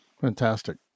Fantastic